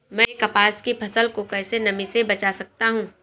मैं कपास की फसल को कैसे नमी से बचा सकता हूँ?